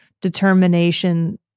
determination